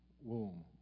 womb